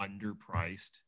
underpriced